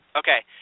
okay